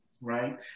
right